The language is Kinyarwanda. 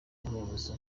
n’umuyobozi